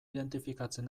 identifikatzen